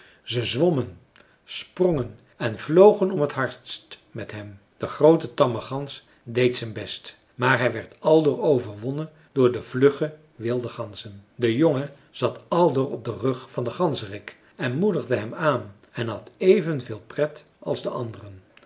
ze zwommen sprongen en vlogen om het hardst met hem de groote tamme gans deed zijn best maar hij werd aldoor overwonnen door de vlugge wilde ganzen de jongen zat aldoor op den rug van den ganzerik en moedigde hem aan en had evenveel pret als de anderen